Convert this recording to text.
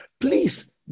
Please